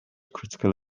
critical